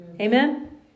Amen